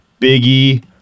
Biggie